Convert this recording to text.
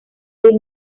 des